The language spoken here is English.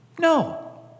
No